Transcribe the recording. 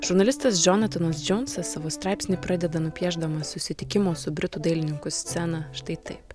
žurnalistas džonatanas džonsas savo straipsnį pradeda nupiešdamas susitikimo su britų dailininku sceną štai taip